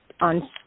On